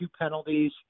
penalties